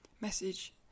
message